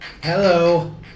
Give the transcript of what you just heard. Hello